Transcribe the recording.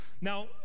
Now